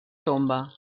tomba